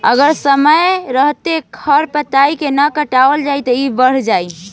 अगर समय रहते खर पातवार के ना काटल जाइ त इ बढ़ जाइ